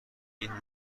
این